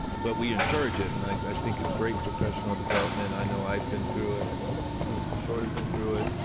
but we encourage it and i think it's great professional development. i know i've been through it. i know mr. short has been through it.